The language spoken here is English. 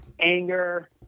anger